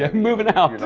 ah movin' out.